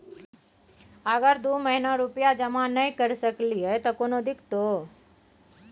अगर दू महीना रुपिया जमा नय करे सकलियै त कोनो दिक्कतों?